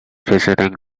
visiting